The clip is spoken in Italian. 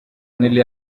nelle